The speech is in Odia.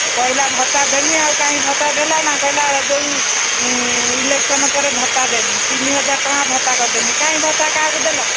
ଏ କହିଲା ଭତ୍ତା ଦେମି ଆଉ କାଇଁ ଭତ୍ତା ଦେଲା ନା କହିଲା ଯେଉଁ ଇଲେକ୍ସନ୍ ପରେ ଭତ୍ତା ଦେମି ତିନି ହଜାର ଟଙ୍କା ଭତ୍ତା କରିଦେମି କାହିଁ ଭତ୍ତା କାହାକୁ ଦେଲା